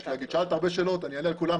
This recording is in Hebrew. שאלת הרבה שאלות ואני אענה על כולן.